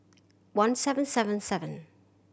one seven seven seven